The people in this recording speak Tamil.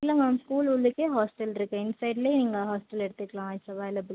இல்லை மேம் ஸ்கூல் உள்ளுக்கே ஹாஸ்ட்டல் இருக்குது இன்சைட்டில் நீங்கள் ஹாஸ்ட்டல் எடுத்துக்கலாம் இட்ஸ் அவைலபிள்